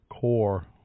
core